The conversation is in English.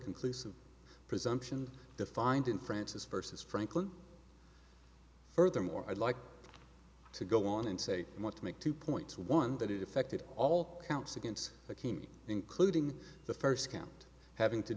conclusive presumption defined in francis versus franklin furthermore i'd like to go on and say i want to make two points one that it affected all counts against a team including the first count having to